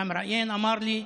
והמראיין אמר לי: